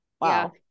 Wow